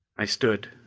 i stood,